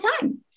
time